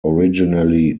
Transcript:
originally